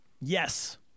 Yes